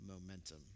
momentum